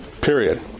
Period